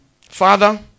Father